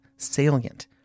salient